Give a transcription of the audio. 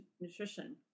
nutrition